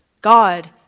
God